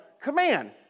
command